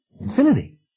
Infinity